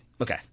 Okay